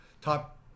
top